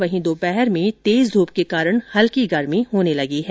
वहीं दोपहर में तेज धूप के कारण हल्की गर्मी होने लगी है